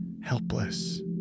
helpless